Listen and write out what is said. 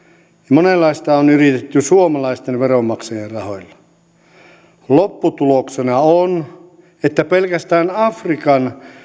monenlaista on yritetty suomalaisten veronmaksajien rahoilla lopputuloksena on että pelkästään afrikan